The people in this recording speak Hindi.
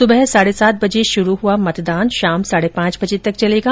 सुबह साढ़े सात बजे शुरू हुआ मतदान शाम साढ़े पांच बजे तक चलेगा